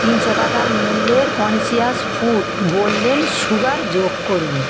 তিনশো টাকার মূল্যের কন্সিয়াস ফুড গোল্ডেন সুগার যোগ করুন